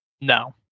No